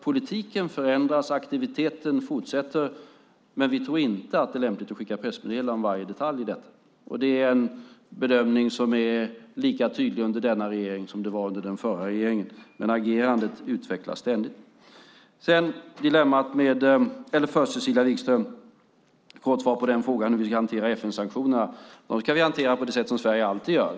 Politiken förändras och aktiviteten fortsätter, men vi tror inte att det är lämpligt att skicka pressmeddelanden om varje detalj i detta. Det är en bedömning som är lika tydlig under denna regering som under den förra. Agerandet utvecklas dock ständigt. Cecilia Wigströms fråga gällde hur vi ska hantera FN-sanktionerna. Dem ska vi hantera på det sätt som vi alltid gör.